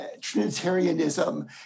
Trinitarianism